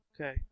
Okay